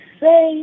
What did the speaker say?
say